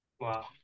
Wow